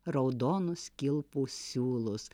raudonus kilpų siūlus